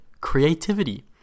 creativity